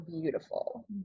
beautiful